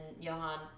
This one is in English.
johan